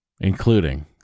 including